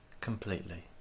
completely